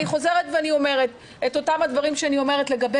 אני חוזרת ואומרת את אותם דברים שאני אומרת לגבי